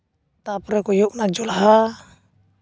ᱛᱟᱨᱯᱚᱨᱮ ᱠᱚ ᱦᱩᱭᱩᱜ ᱠᱟᱱᱟ ᱡᱚᱞᱦᱟ